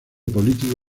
político